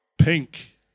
Pink